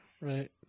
right